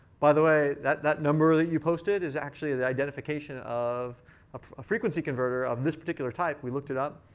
by the way, that that number that you posted is actually the identification of of a frequency converter of this particular type. we looked it up,